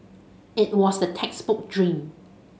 it was the textbook dream